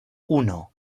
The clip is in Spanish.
uno